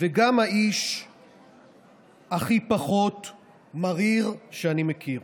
וגם האיש הכי פחות מריר שאני מכיר,